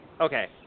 Okay